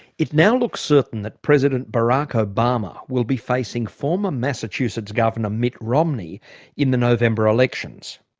it now looks certain that president barack obama will be facing former massachusetts governor mitt romney in the november elections.